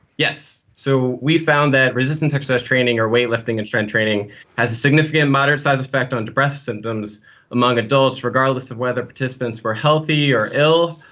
yes. so we found that resistance exercise training or weightlifting and strength training has a significant moderate size effect on depressive symptoms among adults, regardless of whether participants were healthy or ill.